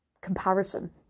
comparison